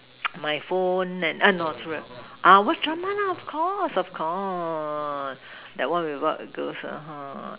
my phone and err no watch drama lah of course of course that one without a guess lah ha